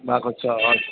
भएको छ हजुर